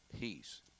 peace